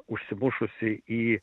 užsimušusį į